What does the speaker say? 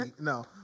No